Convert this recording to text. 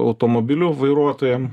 automobilių vairuotojam